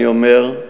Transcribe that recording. אני אומר,